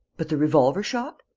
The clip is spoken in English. but the revolver-shot?